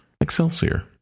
Excelsior